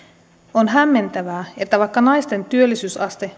on hämmentävää että vaikka naisten työllisyysaste